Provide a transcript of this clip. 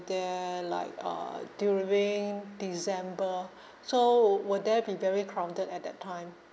there like uh during december so would would there be very crowded at that time